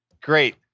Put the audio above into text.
Great